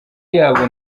yabo